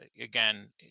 again